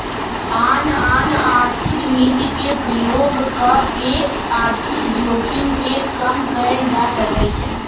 आन आन आर्थिक नीति के प्रयोग कऽ के आर्थिक जोखिम के कम कयल जा सकइ छइ